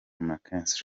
mckinstry